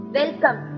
welcome